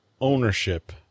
ownership